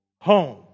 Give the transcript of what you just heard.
home